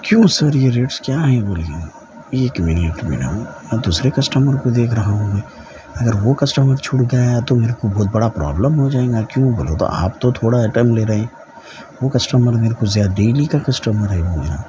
کیوں سر یہ ریٹس کیا ہیں بولیے ایک منٹ میڈم اب دوسرے کسٹمر کو دیکھ رہا ہوں میں اگر وہ کسٹمر چھوٹ گیا تو میرے کو بہت بڑا پرابلم ہو جائیں گا کیوں بولے تو آپ تو تھوڑا آٹئم لے رہیں وہ کسٹمر میرے کو زیادہ ڈیلی کا کسٹمر ہے میرا